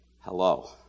Hello